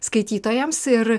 skaitytojams ir